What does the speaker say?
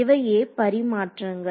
இவையே பரிமாற்றங்கள்